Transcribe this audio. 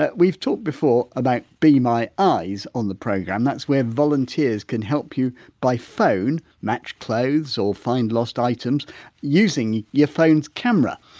ah we've talked before about be my eyes, on the programme, that's where volunteers can help you by phone match clothes or find lost items using your phone's camera.